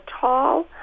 tall